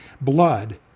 blood